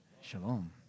shalom